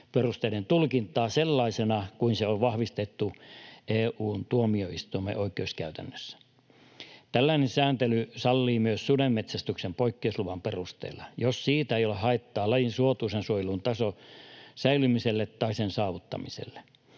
poikkeusperusteiden tulkintaa sellaisena kuin se on vahvistettu EU:n tuomioistuimen oikeuskäytännössä. Tällainen sääntely sallii myös sudenmetsästyksen poikkeusluvan perusteella, jos siitä ei ole haittaa lajin suotuisan suojelun tason säilymiselle tai sen saavuttamiselle.